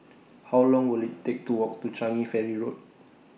How Long Will IT Take to Walk to Changi Ferry Road